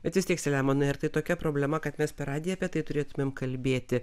bet vis tiek selemonai ar tai tokia problema kad mes per radiją apie tai turėtumėm kalbėti